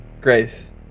grace